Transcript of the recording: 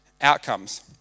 outcomes